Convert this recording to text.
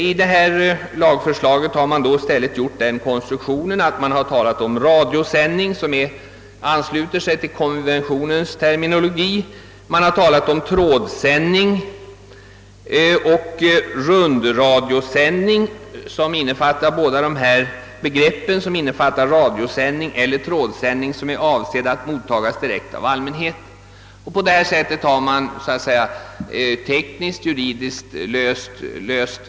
I detta lagförslag har man gjort den konstruktionen, att man talar om radiosändning — som ansluter sig till konventionens terminologi — trådsändning och rundradiosändning, vilken senare innefattar radiosändning och trådsändning, som är avsedd att mottagas direkt av allmänheten, om sändningen inte är avsedd för endast en sluten krets, På detta sätt har man så att säga tekniskt-juridiskt löst frågan.